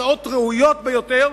הצעות ראויות ביותר,